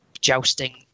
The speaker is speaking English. jousting